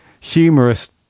humorous